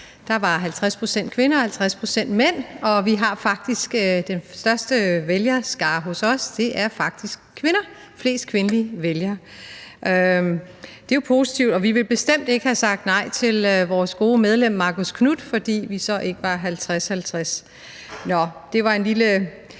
Der var 50 pct. kvinder og 50 pct. mænd. Og kvinder udgør faktisk den største andel af vælgerskaren hos os. Vi har flest kvindelige vælgere. Det er jo positivt. Vi ville bestemt ikke have sagt nej til vores gode medlem Marcus Knuth, fordi vi så ikke mere var 50-50. Nå, det var en lille